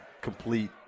complete